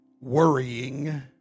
worrying